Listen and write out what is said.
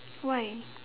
why